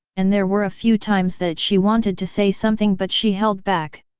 and there were a few times that she wanted to say something but she held back.